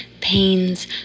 pains